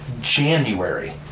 January